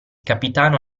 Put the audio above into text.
capitano